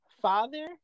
father